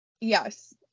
Yes